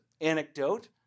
anecdote